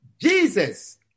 Jesus